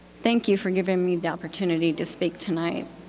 thank you for giving me the opportunity to speak tonight.